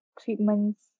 treatments